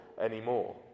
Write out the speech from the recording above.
anymore